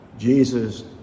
Jesus